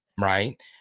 right